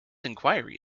inquiry